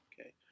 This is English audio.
Okay